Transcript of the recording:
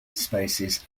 spaces